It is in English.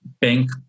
bank